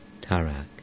Tarak